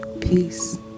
Peace